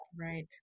Right